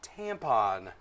tampon